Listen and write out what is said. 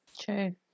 true